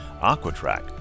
AquaTrack